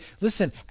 listen